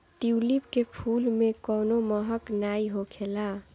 tulip के फूल में कवनो महक नाइ होखेला